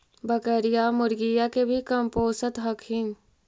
बकरीया, मुर्गीया के भी कमपोसत हखिन?